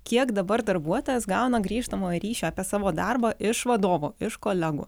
kiek dabar darbuotojas gauna grįžtamojo ryšio apie savo darbą iš vadovų iš kolegų